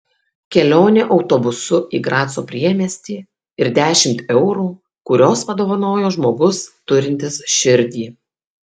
kelionė autobusu į graco priemiestį ir dešimt eurų kuriuos padovanojo žmogus turintis širdį